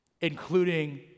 including